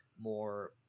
more